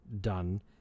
done